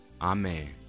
Amen